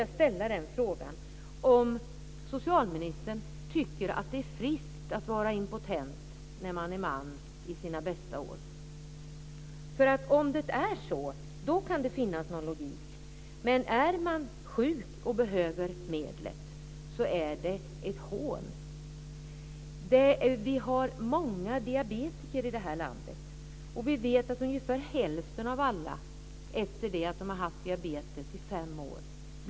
Jag vill fråga om socialministern tycker att det är friskt att vara impotent när man är en man i sina bästa år. Om det är så kan det finnas någon logik. Men är man sjuk och behöver medlet är det ett hån. Vi har många diabetiker i detta land. Vi vet att ungefär hälften av alla blir impotenta när de har haft diabetes i fem år.